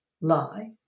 lie